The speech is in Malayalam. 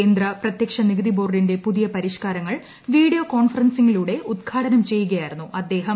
കേന്ദ്ര പ്രത്യക്ഷനികുതി ബോർഡിന്റെ പുതിയ പരിഷ്കാരങ്ങൾ വീഡിയോ കോൺഫറൻസിങ്ങിലൂടെ ഉദ്ഘാടനം ചെയ്യുകയായിരുന്നു അദ്ദേഹം